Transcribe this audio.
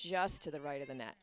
just to the right of the net